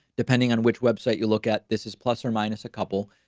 depending on which website you look at, this is plus or minus a couple.